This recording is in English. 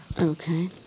Okay